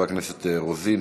חברי הכנסת רוזין,